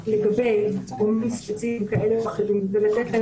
לגבי --- ספציפיים כאלה ואחרים -- תודה.